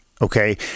Okay